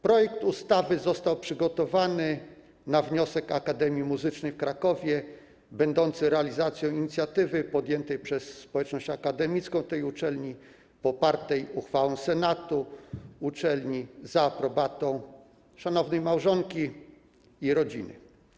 Projekt ustawy został przygotowany na wniosek Akademii Muzycznej w Krakowie będący realizacją inicjatywy podjętej przez społeczność akademicką tej uczelni, popartej uchwałą senatu uczelni, za aprobatą szanownej małżonki i rodziny.